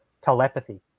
telepathy